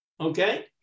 Okay